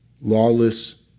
lawless